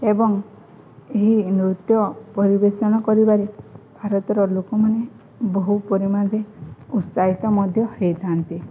ଏବଂ ଏହି ନୃତ୍ୟ ପରିବେଷଣ କରିବାରେ ଭାରତର ଲୋକମାନେ ବହୁ ପରିମାଣରେ ଉତ୍ସାହିତ ମଧ୍ୟ ହୋଇଥାନ୍ତି